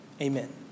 Amen